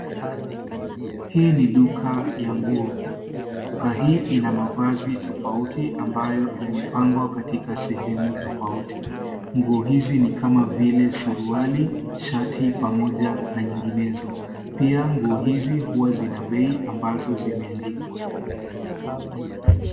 Hii ni duka ya nguo. Duka hii ina mavazi tofauti ambayo imepangwa katika sehemu tofauti. Nguo hizi ni kama vile suruali, shati pamoja na nyinginezo. Pia nguo hizi huwa zina bei ambazo zimeandikwa.